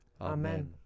Amen